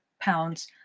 pounds